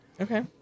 Okay